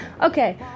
Okay